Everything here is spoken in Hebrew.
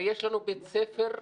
הרי יש לנו בית ספר יסודי,